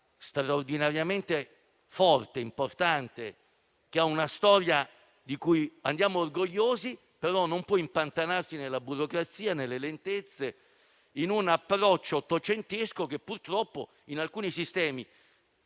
straordinariamente forte ed importante, che ha una storia di cui andiamo orgogliosi, non può impantanarsi nella burocrazia e nelle lentezze, in un approccio ottocentesco che purtroppo esiste